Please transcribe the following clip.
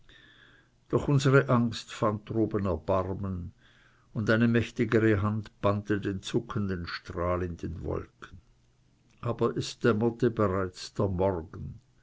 doch unsere angst fand droben erbarmen und eine mächtigere hand bannte den zuckenden strahl in den wolken aber es dämmerte bereits der morgen